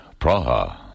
Praha